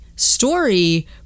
Story